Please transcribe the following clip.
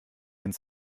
ins